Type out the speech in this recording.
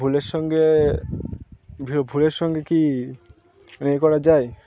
ভুলের সঙ্গে ভুলের সঙ্গে কি এ করা যায়